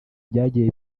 byagiye